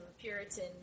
Puritan